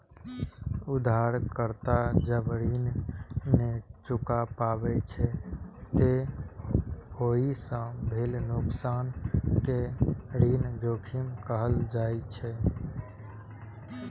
उधारकर्ता जब ऋण नै चुका पाबै छै, ते ओइ सं भेल नुकसान कें ऋण जोखिम कहल जाइ छै